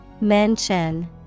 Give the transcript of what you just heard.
Mention